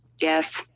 Yes